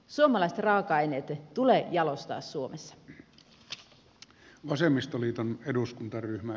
suomalaiset raaka aineet tulee jalostaa suomessa